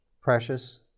precious